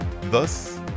Thus